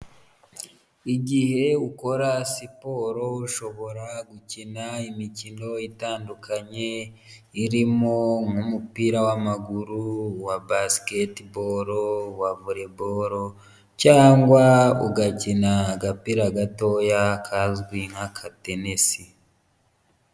Igihe ukora siporo ushobora gukina imikino itandukanye, irimo nk'umupira w'amaguru, uwa basketiboro, uwa voleboro cyangwa ugakina agapira gatoya kazwi nk'akatenisi.